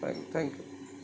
thank thank you